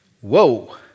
Whoa